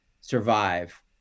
survive